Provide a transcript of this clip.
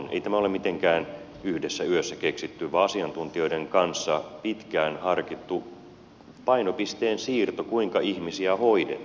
ei tämä ole mitenkään yhdessä yössä keksitty vaan asiantuntijoiden kanssa pitkään harkittu painopisteen siirto kuinka ihmisiä hoidetaan